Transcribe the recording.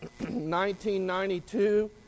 1992